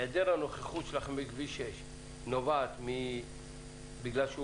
היעדר הנוכחות שלכם בכביש 6 נובעת בגלל שהוא